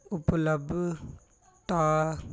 ਉਪਲੱਬਧਤਾ